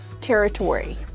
territory